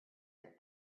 are